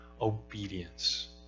obedience